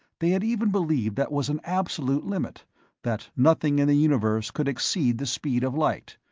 they had even believed that was an absolute limit that nothing in the universe could exceed the speed of light.